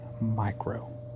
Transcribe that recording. Micro